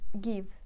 give